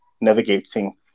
navigating